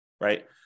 right